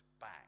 back